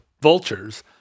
vultures